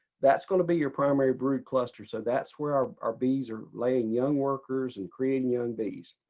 that's going to be your primary brood cluster. so that's where our our bees are laying young workers and creating young bees.